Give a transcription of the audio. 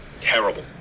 Terrible